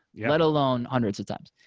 let alone hundreds of times.